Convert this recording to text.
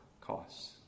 costs